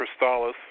Crystallis